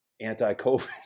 anti-covid